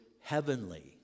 heavenly